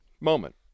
moment